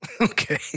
Okay